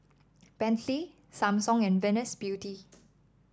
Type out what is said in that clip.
Bentley Samsung and Venus Beauty